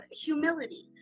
humility